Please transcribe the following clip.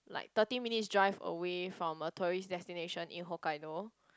thirty minutes drive away from a tourist destination in Hokkaido